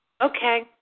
Okay